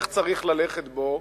איך צריך ללכת בו,